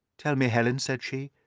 tell me, helen said she,